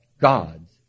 God's